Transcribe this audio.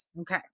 Okay